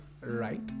right